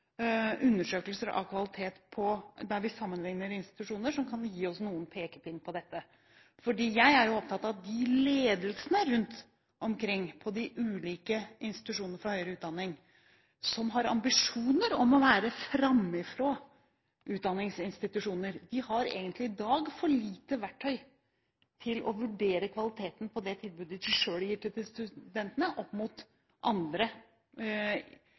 av kvalitet og noen undersøkelser av kvalitet der vi sammenligner institusjoner. Det kan gi oss en pekepinn. Jeg er opptatt av at ledelsen ved de ulike institusjonene for høyere utdanning som har ambisjoner om å være framifrå utdanningsinstitusjoner, i dag egentlig har for lite verktøy til å vurdere kvaliteten på det tilbudet de selv gir til studentene opp mot andre